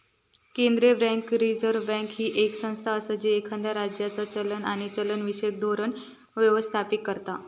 केंद्रीय bank, reserve bank, ही येक संस्था असा जी एखाद्या राज्याचा चलन आणि चलनविषयक धोरण व्यवस्थापित करता